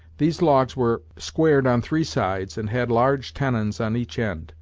these logs were squared on three sides, and had large tenons on each end.